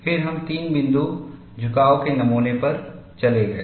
फिर हम तीन बिंदु झुकाव के नमूने पर चले गए